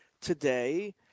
today